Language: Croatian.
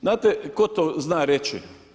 Znate tko to zna reći?